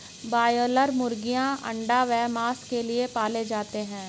broiler मुर्गीयां अंडा व मांस के लिए पाले जाते हैं